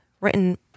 written